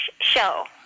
show